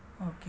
Okay